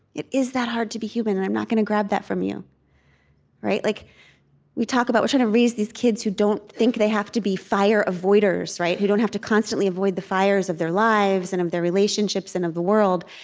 it is that hard to be human, and i'm not going to grab that from you like we talk about we're trying to raise these kids who don't think they have to be fire avoiders, who don't have to constantly avoid the fires of their lives and of their relationships and of the world,